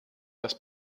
das